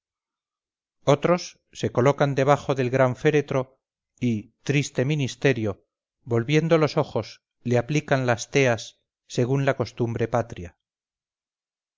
otros se colocan debajo del gran féretro y triste ministerio volviendo los ojos le aplican las teas según la costumbre patria